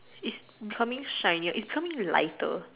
it's becoming shinier it's becoming lighter